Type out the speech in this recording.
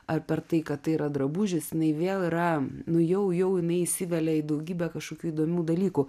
ar per tai kad tai yra drabužis jinai vėl yra nu jau jau jinai įsivelia į daugybę kažkokių įdomių dalykų